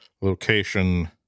location